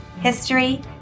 history